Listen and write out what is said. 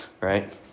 Right